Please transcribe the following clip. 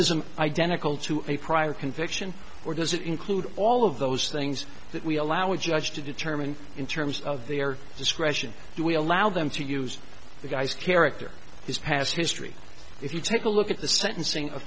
recidivism identical to a prior conviction or does it include all of those things that we allow a judge to determine in terms of their discretion do we allow them to use the guy's character his past history if you take a look at the sentencing o